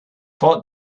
but